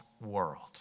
world